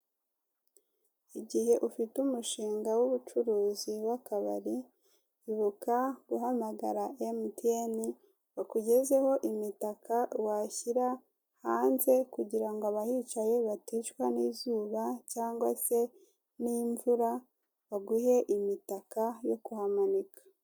Igihe ufite umushinga w'ubucuruzi w'akabari, ibuka guhamagara emutiyene bakugezeho imitaka washyira hanze kugirango abahicaye baticwa n'izuba cyangwa se n'imvura, baguhe imitaka yo kuhamanika.